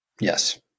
Yes